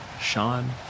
Sean